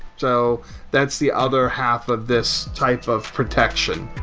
so that's the other half of this type of protection.